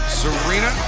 serena